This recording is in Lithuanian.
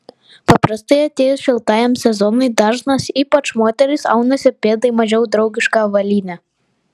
paprastai atėjus šiltajam sezonui dažnas ypač moterys aunasi pėdai mažiau draugišką avalynę